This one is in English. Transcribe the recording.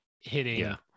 hitting